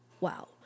wow